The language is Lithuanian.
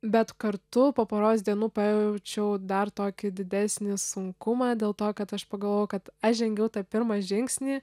bet kartu po poros dienų pajaučiau dar tokį didesnį sunkumą dėl to kad aš pagalvojau kad aš žengiau tą pirmą žingsnį